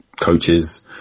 coaches